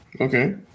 Okay